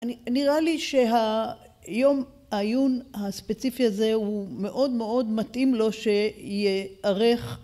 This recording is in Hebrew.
נראה לי שהיום העיון הספציפי הזה הוא מאוד מאוד מתאים לו שיערך